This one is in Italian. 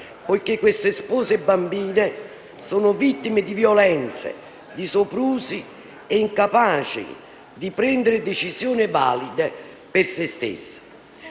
poiché queste spose bambine sono vittime di violenze e soprusi e incapaci di prendere decisioni valide per loro stesse.